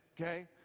Okay